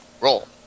Roll